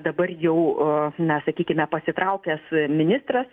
dabar jau na sakykime pasitraukęs ministras